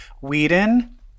Whedon